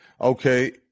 Okay